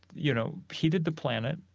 you know, heated the planet.